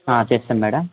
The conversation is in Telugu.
చేస్తాను మేడం